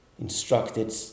instructed